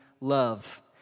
love